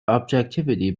objectivity